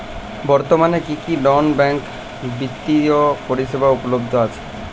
বর্তমানে কী কী নন ব্যাঙ্ক বিত্তীয় পরিষেবা উপলব্ধ আছে?